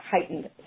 heightened